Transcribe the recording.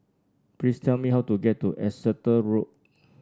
please tell me how to get to Exeter Road